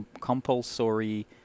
compulsory